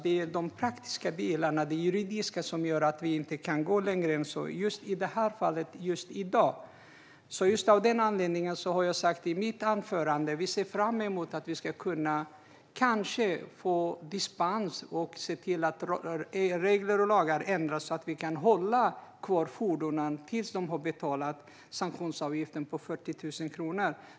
Det är de praktiska delarna, det juridiska, som gör att vi inte kan gå längre än så i det här fallet just i dag. Av den anledningen sa jag i mitt anförande att vi ser fram emot att Sverige kanske ska kunna få dispens och se till att EU-regler och lagar ändras, så att man kan hålla kvar fordonen tills sanktionsavgiften på 40 000 kronor har betalats.